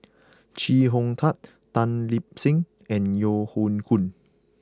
Chee Hong Tat Tan Lip Seng and Yeo Hoe Koon